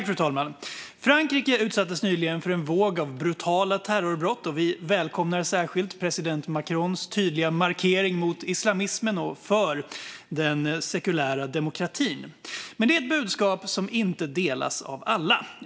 Fru talman! Frankrike utsattes nyligen för en våg av brutala terrorbrott. Vi välkomnar särskilt president Macrons tydliga markering mot islamismen och för den sekulära demokratin. Det är dock ett budskap som inte delas av alla.